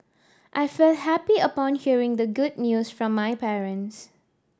I felt happy upon hearing the good news from my parents